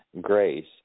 grace